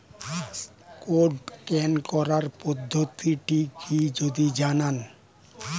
Code scan করার পদ্ধতিটি কি যদি জানান?